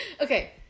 Okay